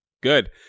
Good